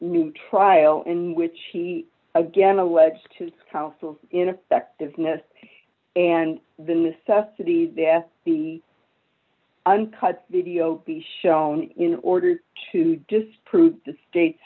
new trial in which he again alleged to counsel ineffectiveness and the necessities death be uncut video be shown in order to disprove the state